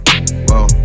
whoa